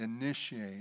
initiate